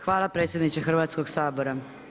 Hvala predsjedniče Hrvatskog sabora.